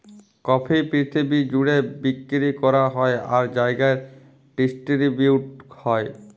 coffee পিরথিবি জ্যুড়ে বিক্কিরি ক্যরা হ্যয় আর জায়গায় ডিসটিরিবিউট হ্যয়